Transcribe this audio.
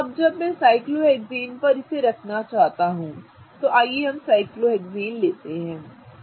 तो अब जब मैं उन्हें साइक्लोहेक्सेन पर रखना चाहता हूं तो आइए हम साइक्लोहेक्सेन लेते हैं ठीक है